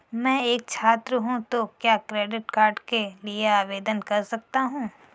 मैं एक छात्र हूँ तो क्या क्रेडिट कार्ड के लिए आवेदन कर सकता हूँ?